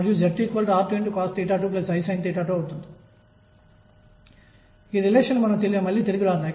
x యొక్క గరిష్ట మరియు కనిష్ట విలువలు 2Em2 ఇక్కడ రెండు లేదు